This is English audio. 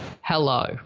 hello